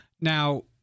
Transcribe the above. Now